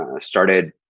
Started